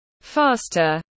faster